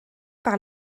par